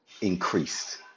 increased